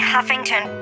Huffington